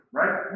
right